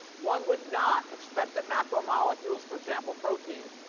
one would not expect that macromolecules, for example, proteins,